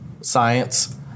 science